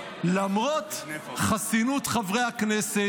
למרות חסינות חברי הכנסת.